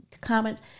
comments